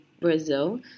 Brazil